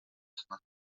snad